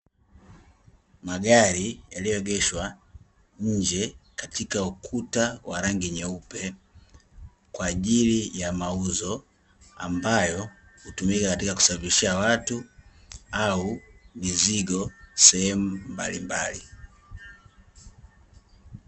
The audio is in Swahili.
Magari yaliyoegeshwa nje katika ukuta wa rangi nyeupe, kwa ajili ya mauzo; ambayo hutumika katika kusafirishia watu au mizigo sehemu mbalimbali.